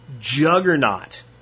juggernaut